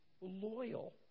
loyal